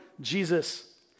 Jesus